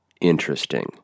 interesting